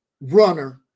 runner